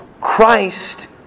Christ